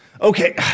Okay